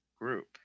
group